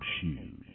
Shoes